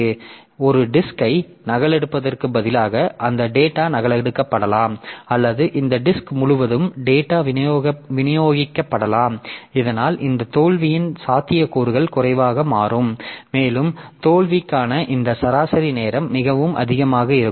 எனவே ஒரு டிஸ்க் ஐ நகலெடுப்பதற்கு பதிலாக அந்த டேட்டா நகலெடுக்கப்படலாம் அல்லது இந்த டிஸ்க் முழுவதும் டேட்டா விநியோகிக்கப்படலாம் இதனால் இந்த தோல்வியின் சாத்தியக்கூறுகள் குறைவாக மாறும் மேலும் தோல்விக்கான இந்த சராசரி நேரம் மிகவும் அதிகமாக இருக்கும்